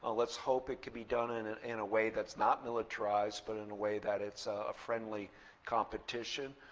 let's hope it can be done in and and a way that's not militarized but in a way that it's a friendly competition.